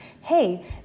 hey